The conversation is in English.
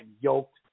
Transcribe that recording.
yoked